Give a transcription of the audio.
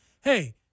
Hey